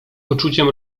poczuciem